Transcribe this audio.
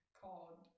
called